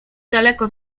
daleko